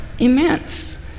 immense